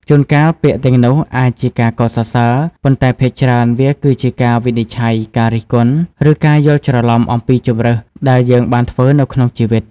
ជួនកាលពាក្យទាំងនោះអាចជាការកោតសរសើរ ប៉ុន្តែភាគច្រើនវាគឺជាការវិនិច្ឆ័យការរិះគន់ ឬការយល់ច្រឡំអំពីជម្រើសដែលយើងបានធ្វើនៅក្នុងជីវិត។